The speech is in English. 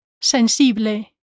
Sensible